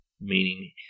meaning